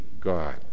God